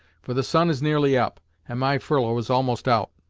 for the sun is nearly up, and my furlough is almost out.